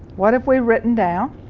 what have we rewritten down?